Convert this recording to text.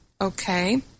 okay